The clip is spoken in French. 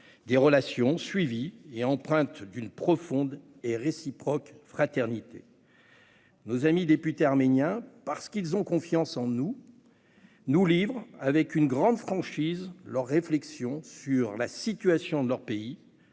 des relations suivies et empreintes d'une profonde et réciproque fraternité. Nos amis députés arméniens nous ont livré avec une grande franchise leurs réflexions sur la situation de leurs pays,